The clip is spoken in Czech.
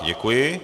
Děkuji.